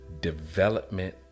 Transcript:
development